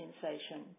sensation